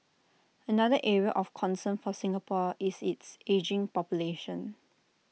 another area of concern for Singapore is its ageing population